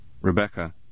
Rebecca